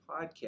podcast